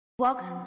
Welcome